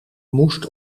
moest